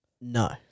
no